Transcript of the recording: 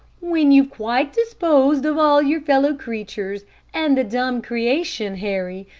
when you've quite disposed of all your fellow-creatures and the dumb creation, harry,